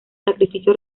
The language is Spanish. sacrificio